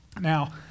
Now